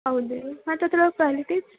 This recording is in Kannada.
ಹೌದ್ ರೀ ಮತ್ತೆ ಅದ್ರ ಕ್ವಾಲಿಟಿ